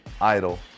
Idol